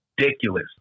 ridiculous